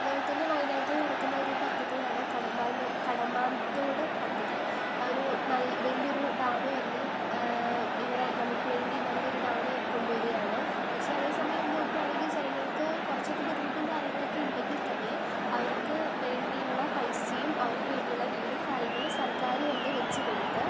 അതുപോലെതന്നെ വയനാട്ടിൽ നടക്കുന്ന ഒരു പദ്ധതിയാണ് കടമ്പാന്തോട് പദ്ധതി ആ ഒരു വലിയൊരു ഡാമ് വന്ന് ഇവിടെ നമുക്ക് വേണ്ടി നല്ലൊരു ഡാം കൊണ്ടുവരികയാണ് പക്ഷെ അതേ സമയം നോക്കുകയാണെങ്കിൽ ജനങ്ങൾക്ക് കുറച്ചൊക്കെ ബുദ്ധിമുട്ടും കാര്യങ്ങളും ഒക്കെ ഉണ്ടെങ്കിൽ തന്നെ അവർക്ക് വേണ്ടിയുള്ള പൈസയും അവർക്ക് വേണ്ടിയുള്ള വീടും കാര്യങ്ങളും സർക്കാർ തന്നെ വച്ചു കൊടുത്ത്